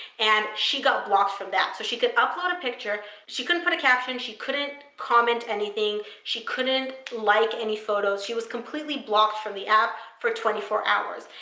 and she got blocked from that. so she could upload a picture. she couldn't put a caption. she couldn't comment anything. she couldn't like any photos. she was completely blocked from the app for twenty four hours.